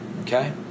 okay